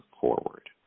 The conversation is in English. forward